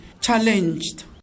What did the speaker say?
challenged